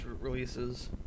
releases